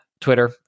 Twitter